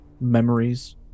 memories